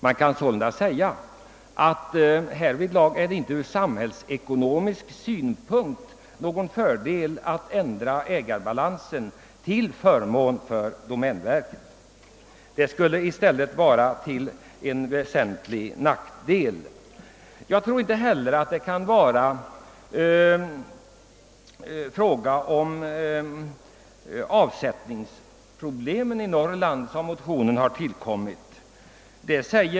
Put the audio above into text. Man kan sålunda säga att det härvidlag ur samhällsekonomisk synpunkt inte är någon fördel att ändra ägarbalansen till förmån för domänverket. Det skulle i stället vara till väsentlig nackdel. Jag tror inte heller att det kan vara för lösandet av avsättningsproblemet i Norrland som motionen tillkommit.